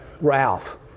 Ralph